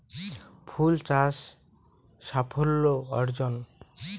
ফুল চাষ সাফল্য অর্জন?